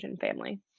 family